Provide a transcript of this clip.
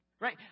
right